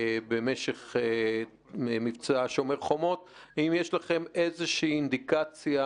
במשך מבצע שומר החומות איזושהי אינדיקציה